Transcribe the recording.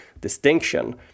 distinction